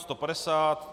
150.